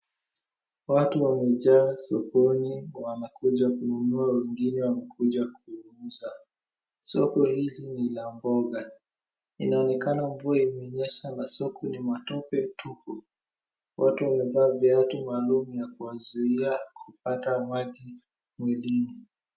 Watu wamejaa sokoni wanakuja kununua wengine wanakuja kuuza. Soko hili ni la mboga. Inaonekana mvua imenyesha masoko ni matope tupu. Watu wamevaa viatu maalumu ya kuwazuia kupata maji mwilini.